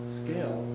scale